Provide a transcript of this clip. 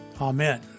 Amen